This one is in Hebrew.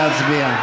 נא להצביע.